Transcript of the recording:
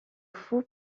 faux